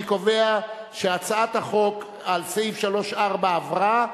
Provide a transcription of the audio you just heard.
אני קובע שסעיפים 3 4 בהצעת החוק עברו,